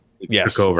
Yes